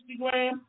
Instagram